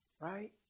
Right